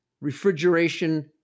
refrigeration